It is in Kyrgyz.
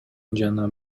жана